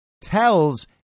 tells